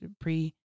pre